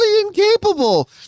incapable